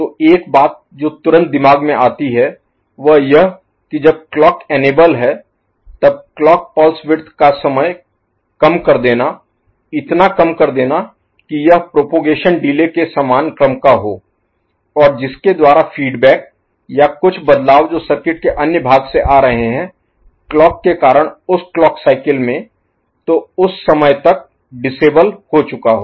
तो एक बात जो तुरंत दिमाग में आती है वह यह की जब क्लॉक इनेबल है तब क्लॉक पल्स विड्थ का समय कम कर देना इतना कम कर देना की यह प्रोपगेशन डिले Propagation Delay प्रसार देरी के समान क्रम का हो और जिसके द्वारा फीडबैक या कुछ बदलाव जो सर्किट के अन्य भाग से आ रहे हैं क्लॉक के कारण उस क्लॉक साइकिल में तो उस समय तक डिसएबल हो चूका हो